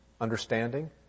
understanding